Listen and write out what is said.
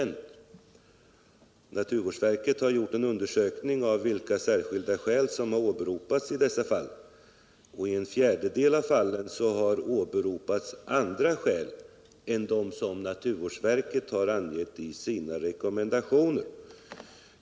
Naturvårdsverket har gjort en undersökning av vilka särskilda skäl som har åberopats i dessa fall. I en fjärdedel av fallen har åberopats andra skäl än dem som naturvårdsverket har angivit i sina rekommendationer.